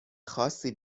خاصی